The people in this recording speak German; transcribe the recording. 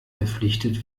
verpflichtet